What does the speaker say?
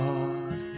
God